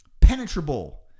penetrable